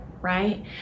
right